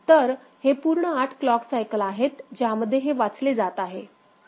तर हे पूर्ण 8 क्लॉक सायकल आहेत ज्यामध्ये हे वाचले जात आहे